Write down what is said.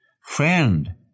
Friend